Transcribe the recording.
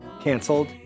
canceled